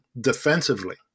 defensively